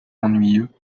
ennuyeux